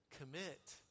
commit